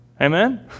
Amen